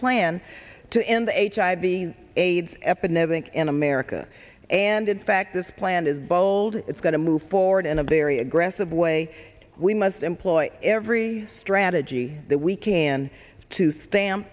plan to end the h i b aids epidemic in america and in fact this plan is bold it's going to move forward in a very aggressive way we must employ every strategy that we can to stamp